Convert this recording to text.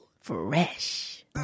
Fresh